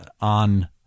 on